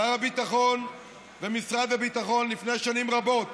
שר הביטחון ומשרד הביטחון הנהיגו לפני שנים רבות